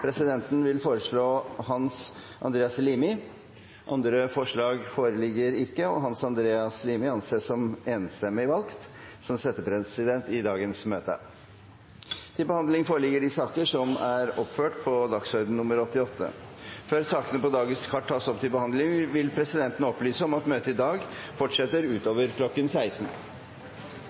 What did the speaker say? Presidenten vil foreslå Hans Andreas Limi. – Andre forslag foreligger ikke, og Hans Andreas Limi anses enstemmig valgt som settepresident for dagens møte. Før sakene på dagens kart tas opp til behandling, vil presidenten opplyse om at møtet i dag fortsetter utover kl. 16.